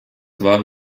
war